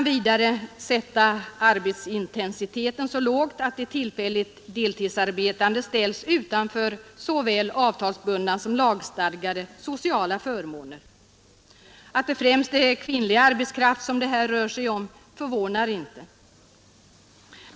Vidare kan arbetsintensiteten sättas så lågt att de tillfälligt deltidsarbetande ställs utanför såväl avtalsbundna som lagstadgade sociala förmåner. Att det främst är kvinnlig arbetskraft det här rör sig om förvånar inte.